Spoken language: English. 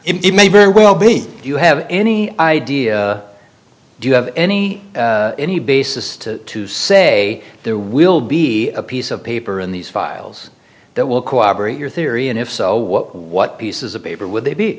it may very well be if you have any idea do you have any any basis to say there will be a piece of paper in these files that will cooperate your theory and if so what what pieces of paper would they be